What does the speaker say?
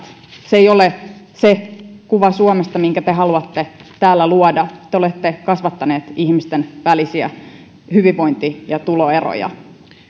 se ei ole se kuva suomesta minkä te haluatte täällä luoda te te olette kasvattaneet ihmisten välisiä hyvinvointi ja tuloeroja